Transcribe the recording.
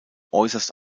äußerst